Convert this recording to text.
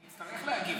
אני אצטרך להגיב.